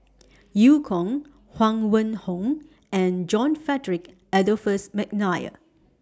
EU Kong Huang Wenhong and John Frederick Adolphus Mcnair